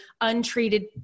untreated